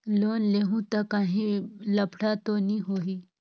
Loan लेहूं ता काहीं लफड़ा तो नी होहि?